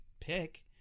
pick